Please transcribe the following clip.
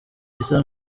risa